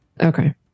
okay